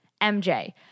MJ